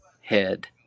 head